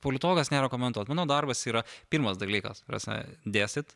politologas nėra komentuot mano darbas yra pirmas dalykas ta prasme dėstyt